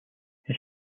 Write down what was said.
his